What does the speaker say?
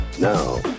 Now